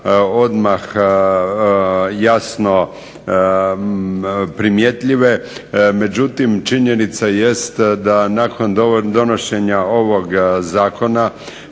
možda jasno primjetljive, međutim činjenica jest da nakon donošenja ovog zakona